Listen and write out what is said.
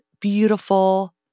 beautiful